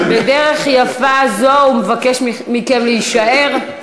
בדרך יפה זו הוא מבקש מכם להישאר.